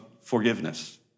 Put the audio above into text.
forgiveness